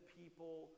people